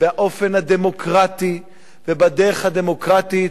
באופן הדמוקרטי ובדרך הדמוקרטית,